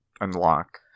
unlock